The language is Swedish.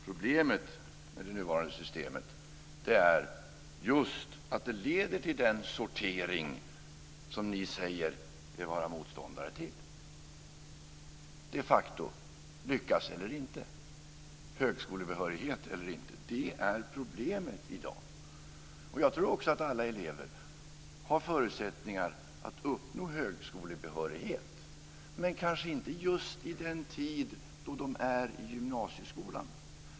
Problemet med det nuvarande systemet är just att det de facto leder till den sortering som ni säger er vara motståndare till - lyckas eller inte, högskolebehörighet eller inte. Det är problemet i dag. Jag tror också att alla elever har förutsättningar att uppnå högskolebehörighet, men kanske inte just under den tid då de är i gymnasieskolan.